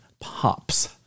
pops